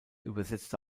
übersetzte